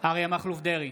אריה מכלוף דרעי,